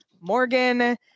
morgan